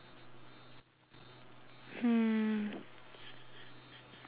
mm